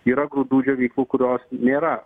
yra grūdų džiovyklų kurios nėra